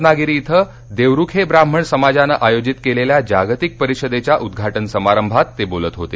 रत्नागिरी इथं देवरुखे ब्राह्मण समाजानं आयोजित केलेल्या जागतिक परिषदेच्या उद्घाटन समारंभात ते बोलत होते